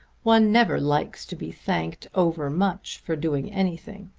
one never likes to be thanked over much for doing anything.